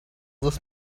this